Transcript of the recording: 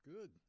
Good